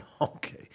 Okay